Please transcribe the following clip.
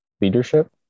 leadership